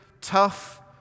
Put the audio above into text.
tough